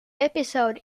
episode